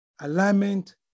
alignment